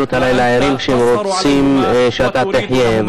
את הלילה ערים כשהם רוצים שאתה תחיה,